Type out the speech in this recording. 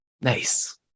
Nice